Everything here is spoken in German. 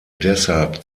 deshalb